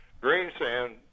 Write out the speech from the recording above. Greensand